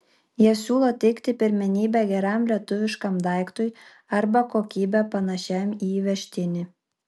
jie siūlo teikti pirmenybę geram lietuviškam daiktui arba kokybe panašiam į įvežtinį